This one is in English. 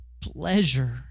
pleasure